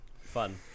fun